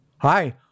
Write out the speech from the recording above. Hi